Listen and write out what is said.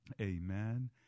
Amen